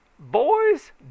boys